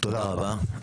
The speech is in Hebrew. תודה רבה.